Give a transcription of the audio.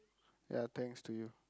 ya thanks to you